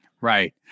Right